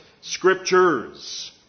Scriptures